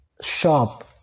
shop